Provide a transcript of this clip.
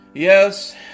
Yes